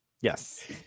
Yes